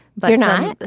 but